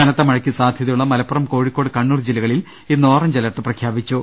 കനത്ത മഴയ്ക്ക് സാധ്യതയുള്ള മലപ്പുറം കോഴി ക്കോട് കണ്ണൂർ ജില്ലകളിൽ ഇന്ന് ഓറഞ്ച് അലർട്ട് പ്രഖ്യാപി ച്ചു